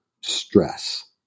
stress